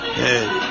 hey